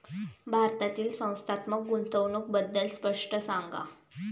भारतातील संस्थात्मक गुंतवणूक बद्दल स्पष्ट सांगा